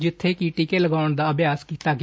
ਜਿੱਬੇ ਕਿ ਟੀਕੇ ਲਗਾਉਣ ਦਾ ਅਭਿਆਸ ਕੀਤਾ ਗਿਆ